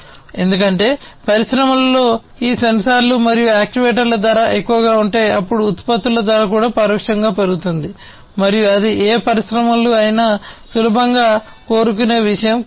ఎందుకంటే పరిశ్రమలలో ఈ సెన్సార్లు మరియు యాక్యుయేటర్ల ధర ఎక్కువగా ఉంటే అప్పుడు ఉత్పత్తుల ధర కూడా పరోక్షంగా పెరుగుతుంది మరియు అది ఏ పరిశ్రమలు అయినా సులభంగా కోరుకునే విషయం కాదు